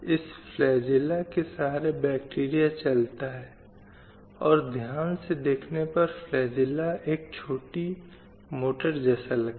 इन सभी अधिकारों को महिलाओं के संबंध में सुनिश्चित किया जाना चाहिए और जब हिंसा की बात आती है तो लिंग विशेष की हिंसा पर कहीं न कहीं अंकुश लगाया जाना चाहिए